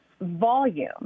volume